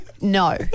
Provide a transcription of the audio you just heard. No